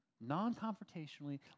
non-confrontationally